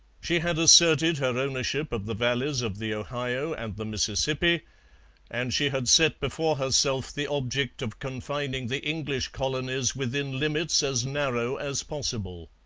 she had asserted her ownership of the valleys of the ohio and the mississippi and she had set before herself the object of confining the english colonies within limits as narrow as possible.